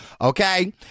Okay